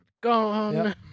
gone